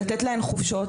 לתת להן חופשות,